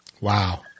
Wow